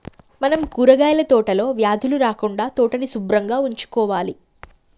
మనం కూరగాయల తోటలో వ్యాధులు రాకుండా తోటని సుభ్రంగా ఉంచుకోవాలి